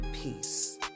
Peace